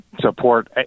support